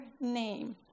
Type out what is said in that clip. name